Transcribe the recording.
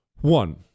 One